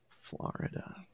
Florida